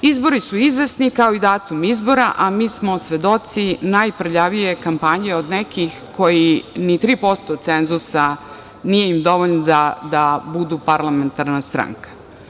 Izbori su izvesni kao i datum izbora, a mi smo svedoci najprljavije kampanje od nekih kojima ni 3% cenzusa nije dovoljno da budu parlamentarna stranka.